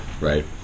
Right